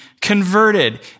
converted